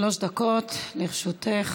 בבקשה, שלוש דקות לרשותך.